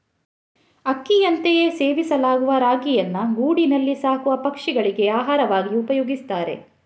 ಅಕ್ಕಿಯಂತೆಯೇ ಸೇವಿಸಲಾಗುವ ರಾಗಿಯನ್ನ ಗೂಡಿನಲ್ಲಿ ಸಾಕುವ ಪಕ್ಷಿಗಳಿಗೆ ಆಹಾರವಾಗಿ ಉಪಯೋಗಿಸ್ತಾರೆ